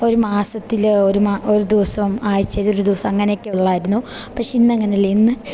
ഒരു മാസത്തിൽ ഒരു ഒരു ദിവസം ആഴ്ച്ചയിലൊരു ദിവസം അങ്ങനെയൊക്കെ ഉള്ളുവായിരുന്നു പക്ഷെ ഇന്നങ്ങനെയല്ലേ ഇന്ന്